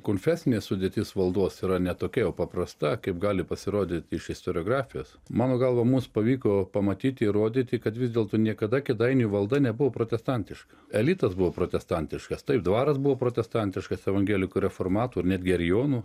konfesinė sudėtis valdos yra ne tokia jau paprasta kaip gali pasirodyti iš istoriografijos mano galva mums pavyko pamatyti įrodyti kad vis dėlto niekada kėdainių valda nebuvo protestantiška elitas buvo protestantiškas taip dvaras buvo protestantiškas evangelikų reformatų ir netgi arijonų